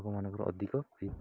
ଲୋକମାନଙ୍କର ଅଧିକ